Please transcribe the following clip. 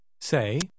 Say